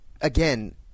again